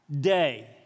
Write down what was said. day